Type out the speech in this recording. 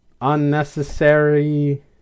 unnecessary